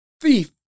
thief